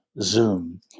Zoom